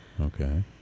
Okay